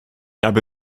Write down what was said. habe